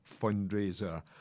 fundraiser